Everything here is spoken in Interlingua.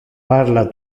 parla